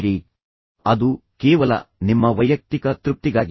ಅದು ಕೇವಲ ನಿಮ್ಮ ಮೌಲ್ಯವನ್ನು ನೋಡಲು ಮಾತ್ರ ಮತ್ತು ಅದು ಕೇವಲ ನಿಮ್ಮ ವೈಯಕ್ತಿಕ ತೃಪ್ತಿಗಾಗಿ